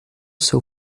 seu